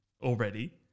already